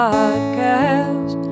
Podcast